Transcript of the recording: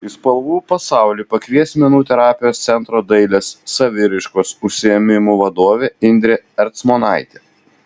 į spalvų pasaulį pakvies menų terapijos centro dailės saviraiškos užsiėmimų vadovė indrė ercmonaitė